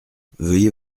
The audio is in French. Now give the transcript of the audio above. veuillez